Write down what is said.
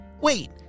Wait